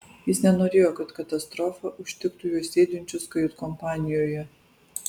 jis nenorėjo kad katastrofa užtiktų juos sėdinčius kajutkompanijoje